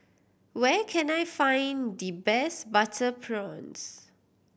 where can I find the best butter prawns